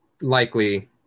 likely